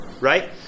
right